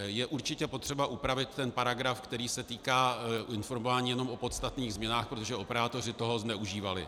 Je určitě potřeba upravit ten paragraf, který se týká informování jenom o podstatných změnách, protože operátoři toho zneužívali.